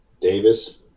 Davis